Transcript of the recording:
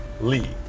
Lee